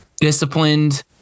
disciplined